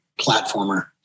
platformer